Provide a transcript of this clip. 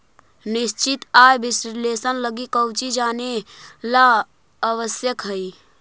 निश्चित आय विश्लेषण लगी कउची जानेला आवश्यक हइ?